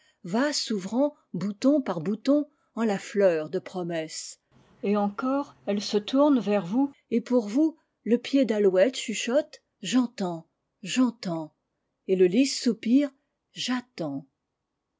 va s'ouvrant bouton par bouton en la fleur de promesse et encore elles se tournent vers vous et pour vous te pied d'alouette chuchote j'entends j'entends et le lys soupire j'attends